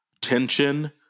tension